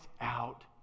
out